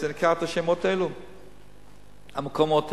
איך נקראים המקומות האלה?